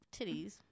titties